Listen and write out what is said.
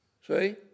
See